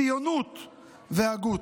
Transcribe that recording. ציונות והגות.